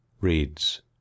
reads